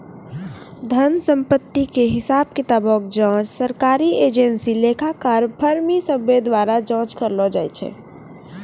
धन संपत्ति के हिसाब किताबो के जांच सरकारी एजेंसी, लेखाकार, फर्म इ सभ्भे द्वारा जांच करलो जाय छै